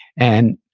and